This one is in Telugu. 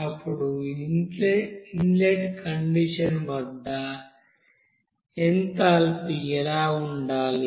అప్పుడు ఇన్లెట్ కండిషన్ వద్ద ఎంథాల్పీ ఎలా ఉండాలి